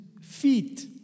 feet